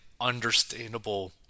understandable